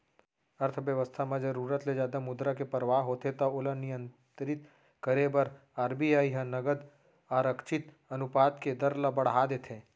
अर्थबेवस्था म जरुरत ले जादा मुद्रा के परवाह होथे त ओला नियंत्रित करे बर आर.बी.आई ह नगद आरक्छित अनुपात के दर ल बड़हा देथे